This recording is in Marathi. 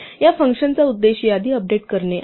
या फंक्शनचा उद्देश यादी अपडेट करणे आहे